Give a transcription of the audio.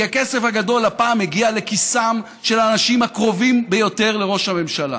כי הכסף הגדול הפעם הגיע לכיסם של האנשים הקרובים ביותר לראש הממשלה,